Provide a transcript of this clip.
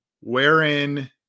wherein